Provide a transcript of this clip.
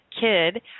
kid